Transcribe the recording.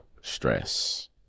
stress